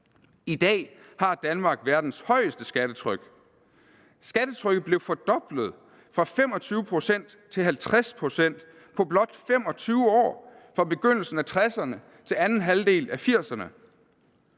I dag har Danmark verdens højeste skattetryk. Skattetrykket blev fordoblet fra 25 pct. til 50 pct. på blot 25 år fra begyndelsen af 1960'erne til anden halvdel af 1980'erne.